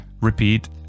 repeat